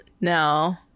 No